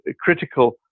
critical